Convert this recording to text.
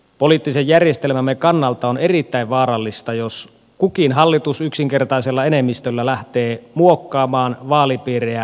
poliittisen järjestelmämme kannalta on erittäin vaarallista jos kukin hallitus yksinkertaisella enemmistöllä lähtee muokkaamaan vaalipiirejä haluamaansa suuntaan